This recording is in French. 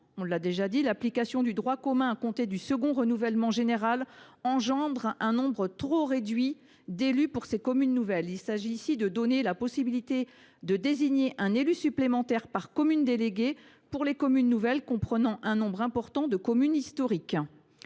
cela a été dit, l’application du droit commun à compter du second renouvellement général aboutit actuellement à un nombre trop réduit d’élus pour ces communes nouvelles. Il s’agit ici de donner la possibilité de désigner un élu supplémentaire par commune déléguée pour les communes nouvelles comprenant un nombre important de communes historiques.